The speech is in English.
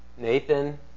Nathan